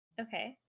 okay